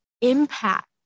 impact